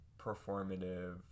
performative